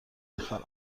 میخرم